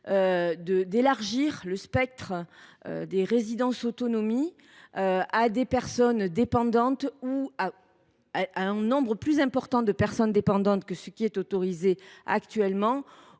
d’élargir le spectre des résidences autonomie aux personnes dépendantes ou à un nombre plus important de personnes dépendantes que ce qui est autorisé actuellement,